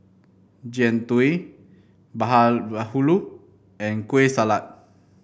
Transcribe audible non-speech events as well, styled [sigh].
Jian Dui [unintelligible] and Kueh Salat